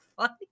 funny